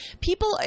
People